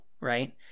Right